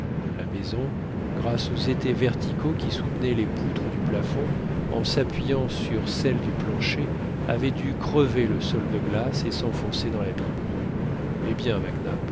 la maison grâce aux étais verticaux qui soutenaient les poutres du plafond en s'appuyant sur celles du plancher avait dû crever le sol de glace et s'enfoncer dans l'abîme eh bien mac